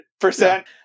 percent